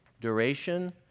duration